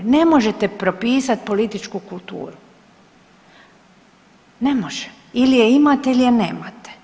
Ne možete propisat političku kulturu, ne može ili je imate ili je nemate.